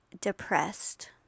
depressed